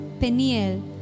Peniel